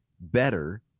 better